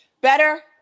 better